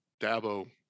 Dabo